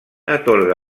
atorga